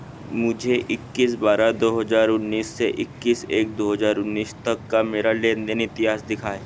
मुझे इक्कीस बारह दो हज़ार उन्नीस से इक्कीस एक दो हज़ार उन्नीस तक का मेरा लेन देन इतिहास दिखाएँ